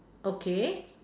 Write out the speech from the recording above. okay